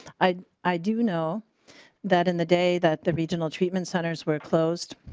i i do know that in the day that the regional treatment centers were closed.